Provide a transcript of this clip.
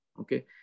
Okay